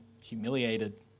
humiliated